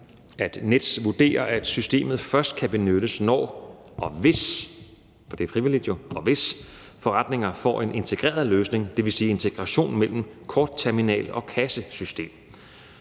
at Nets vurderer, at systemet først kan benyttes, når og hvis – for det er jo frivilligt – forretninger får en integreret løsning, dvs. integration mellem kortterminal og kassesystem.